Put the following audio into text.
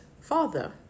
Father